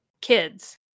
kids